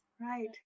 Right